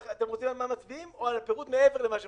אתם רוצים לדעת על מה מצביעים או על הפירוט שמעבר למה שמצביעים?